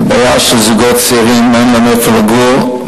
זה בעיה שזוגות צעירים אין להם איפה לגור,